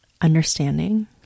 understanding